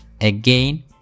again